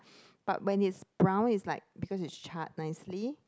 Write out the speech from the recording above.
but when it's brown it's like because it's charred nicely